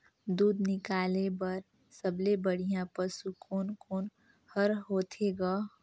दूध निकाले बर सबले बढ़िया पशु कोन कोन हर होथे ग?